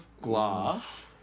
glass